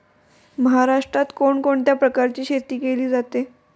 महाराष्ट्रात कोण कोणत्या प्रकारची शेती केली जाते?